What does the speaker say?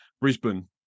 Brisbane